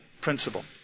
principle